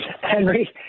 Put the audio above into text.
Henry